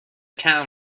town